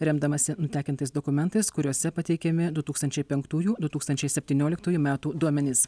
remdamasi nutekintais dokumentais kuriuose pateikiami du tūkstančiai penktųjų du tūkstančiai septynioliktųjų metų duomenys